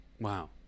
wow